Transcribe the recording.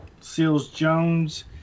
Seals-Jones